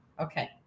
Okay